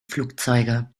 flugzeuge